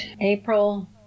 April